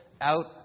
out